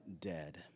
dead